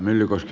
kiitos